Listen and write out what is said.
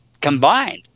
combined